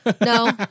No